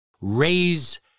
Raise